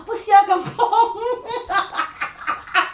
apa sia kampung